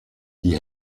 die